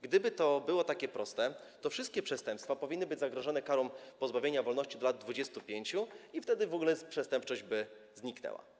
Gdyby to było takie proste, to wszystkie przestępstwa powinny być zagrożone karą pozbawienia wolności do lat 25 i wtedy w ogóle przestępczość by zniknęła.